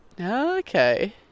Okay